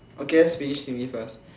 okay let's finish with me first